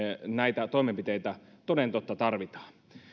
näitä toimenpiteitä toden totta tarvitaan